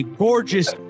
gorgeous